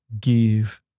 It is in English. give